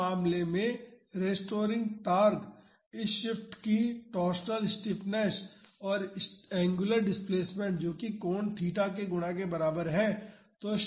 इस मामले में रेस्टोरिंग टार्क इस शाफ्ट की टॉरशनल स्टिफनेस और एंगुलर डिस्प्लेसमेंट जो की कोण थीटा है के गुणा के बराबर है